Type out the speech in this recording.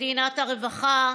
מדינת הרווחה,